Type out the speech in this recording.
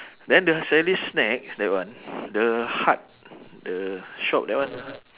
then the sally's snacks that one the hut the shop that one